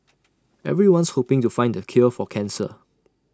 everyone's hoping to find the cure for cancer